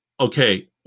Okay